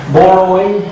borrowing